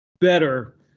better